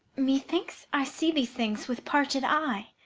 methinks i see these things with parted eye,